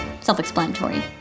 self-explanatory